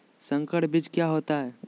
संकर बीज क्या होता है?